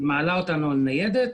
מעלה אותנו על ניידת